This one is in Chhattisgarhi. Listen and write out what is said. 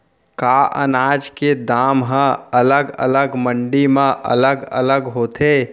का अनाज के दाम हा अलग अलग मंडी म अलग अलग होथे?